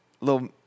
little